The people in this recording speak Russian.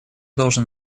должен